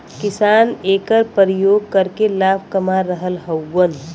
किसान एकर परियोग करके लाभ कमा रहल हउवन